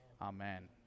Amen